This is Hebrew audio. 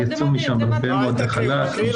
יצאו משם הרבה מאוד לחל"ת,